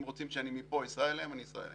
אם רוצים שאני מפה אסע אליהם, אני אסע אליהם.